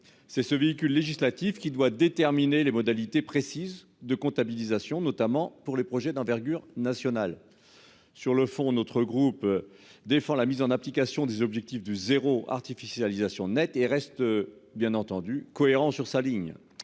c'est ce véhicule législatif qui doit déterminer les modalités précises de comptabilisation notamment pour les projets d'envergure nationale. Sur le fond, notre groupe défend la mise en application des objectifs du zéro artificialisation nette et reste bien entendu cohérent sur sa ligne.